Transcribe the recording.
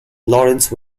lawrence